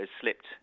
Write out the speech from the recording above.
slipped